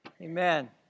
Amen